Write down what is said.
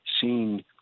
seeing